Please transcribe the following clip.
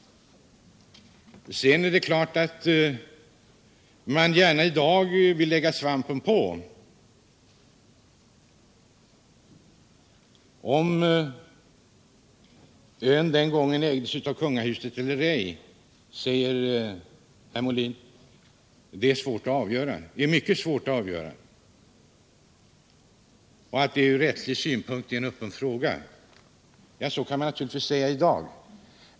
Det är klart att man gärna i dag vill lägga svampen på. Om ön den gången ägdes av kungahuset eller ej är mycket svårt att avgöra, säger herr Molin; ur rättslig synpunkt är det en öppen fråga. Ja, så kan man naturligtvis säga i dag.